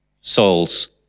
souls